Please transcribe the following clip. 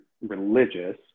religious